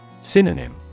Synonym